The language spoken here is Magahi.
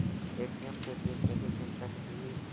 ए.टी.एम के पिन कैसे चेंज कर सकली ही?